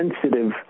sensitive